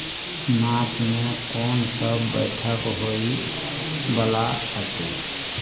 मार्चमे कोनसभ बैठक होयवला अछि